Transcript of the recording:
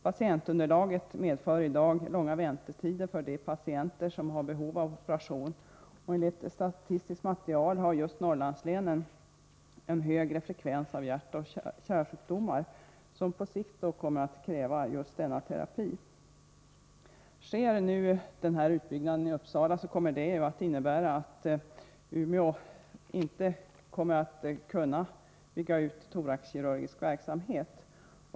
Patientunderlaget medför i dag långa väntetider för de patienter som har behov av operation, och enligt statistiskt material har just Norrlandslänen en högre frekvens av hjärtoch kärlsjukdomar. På sikt kommer därför just denna terapi att krävas. Om utbyggnaden i Uppsala sker, kommer det att innebära att Umeå inte kommer att kunna bygga ut thoraxkirurgisk verksamhet.